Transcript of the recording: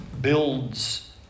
builds